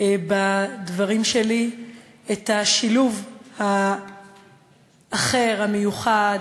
בדברים שלי את השילוב האחר, המיוחד,